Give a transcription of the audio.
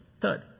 Third